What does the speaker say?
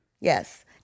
Yes